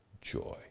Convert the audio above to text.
joy